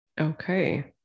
Okay